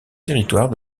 territoire